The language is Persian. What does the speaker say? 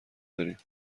داریم